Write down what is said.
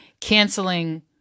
canceling